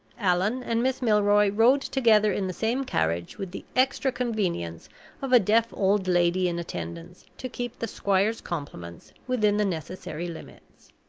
allan and miss milroy rode together in the same carriage, with the extra convenience of a deaf old lady in attendance to keep the squire's compliments within the necessary limits.